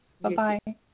bye-bye